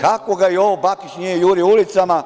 Kako ga Jovo Bakić nije jurio ulicama,